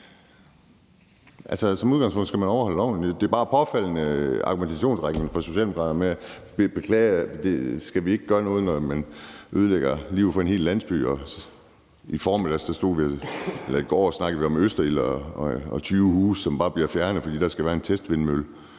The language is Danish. som udgangspunkt skal man overholde loven. Argumentationsrækken fra Socialdemokraterne med, at vi beklager, og om, om vi ikke skal gøre noget, når man ødelægger livet for en hel landsby, er bare påfaldende. I går snakkede vi om Østerild og 20 huse, som bare bliver fjernet, fordi der skal være en testvindmølle.